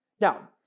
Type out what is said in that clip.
Now